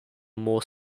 more